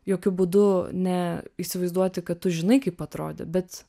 jokiu būdu ne įsivaizduoti kad tu žinai kaip atrodė bet